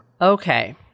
Okay